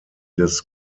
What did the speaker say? des